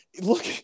look